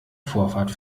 vorfahrt